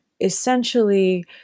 essentially